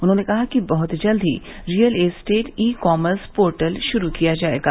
उन्होंने कहा कि बहुत जल्द ही real estate e commerce portal शुरू किया जायेगा